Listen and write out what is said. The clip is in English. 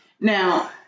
Now